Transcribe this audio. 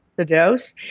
the dose.